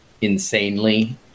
insanely